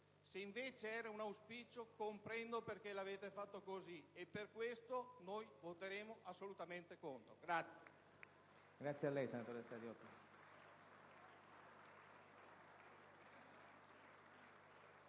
se invece era un auspicio, comprendo perché l'avete fatto così, e per questo noi voteremo assolutamente contro.